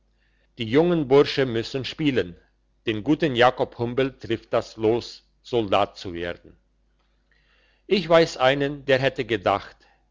die jungen bursche müssen spielen den guten jakob humbel trifft das los soldat zu werden ich weiss einen der hätte gedacht